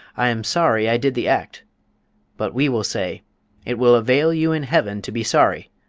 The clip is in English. i am sorry i did the act' but we will say it will avail you in heaven to be sorry,